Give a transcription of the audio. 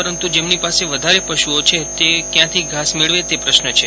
પરંતુ જેમની પાસે વધારે પશુઓ છે તે કયાંથી ઘાસ મેળવે તે પ્રશ્ન છે